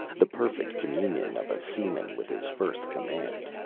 the perfect communion of a seaman with his first command.